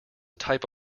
type